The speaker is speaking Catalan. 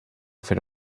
fer